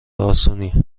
اسونیه